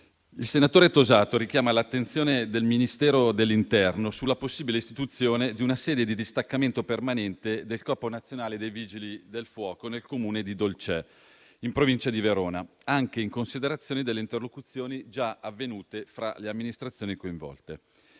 il senatore Tosato richiama l'attenzione del Ministero dell'interno sulla possibile istituzione di una sede di distaccamento permanente del Corpo nazionale dei vigili del fuoco nel Comune di Dolcè, in provincia di Verona, anche in considerazione delle interlocuzioni già avvenute fra le amministrazioni coinvolte.